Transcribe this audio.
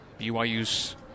BYU's